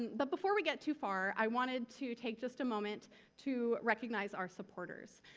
but, before we get too far i wanted to take just a moment to recognize our supporters.